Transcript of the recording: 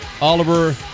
Oliver